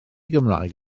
gymraeg